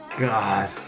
God